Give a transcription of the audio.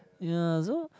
ya so